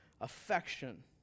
affection